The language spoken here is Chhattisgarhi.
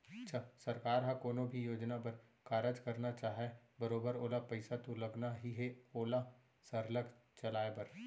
च सरकार ह कोनो भी योजना बर कारज करना चाहय बरोबर ओला पइसा तो लगना ही हे ओला सरलग चलाय बर